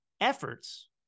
efforts